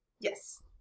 yes